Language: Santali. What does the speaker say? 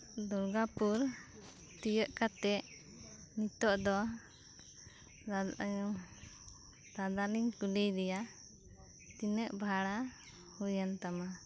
ᱫᱩᱨᱜᱟᱯᱩᱨ ᱛᱤᱭᱳᱜ ᱠᱟᱛᱮᱫ ᱱᱤᱛᱚᱜ ᱫᱚ ᱫᱟᱫᱟᱞᱤᱧ ᱠᱩᱞᱤᱭᱫᱮᱭᱟ ᱛᱤᱱᱟᱹᱜ ᱵᱷᱟᱲᱟ ᱦᱳᱭᱮᱱ ᱛᱟᱢᱟ